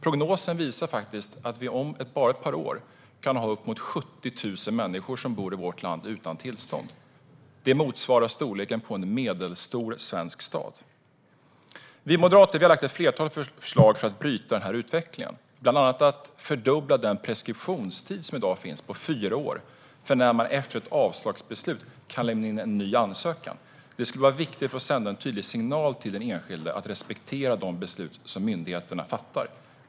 Prognosen visar att vi om bara ett par år kan ha uppemot 70 000 människor som bor i vårt land utan tillstånd. Det motsvarar storleken på en medelstor svensk stad. Vi moderater har lagt fram ett flertal förslag för att bryta denna utveckling. Det handlar bland annat om att fördubbla den preskriptionstid på fyra år som i dag finns för när man efter ett avslagsbeslut kan lämna in en ny ansökan. Det skulle vara viktigt för att sända en tydlig signal till den enskilde om att respektera de beslut som myndigheterna fattar.